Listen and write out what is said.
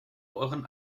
euren